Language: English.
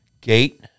gate